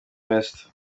west